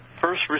first